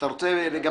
אתה רוצה גם?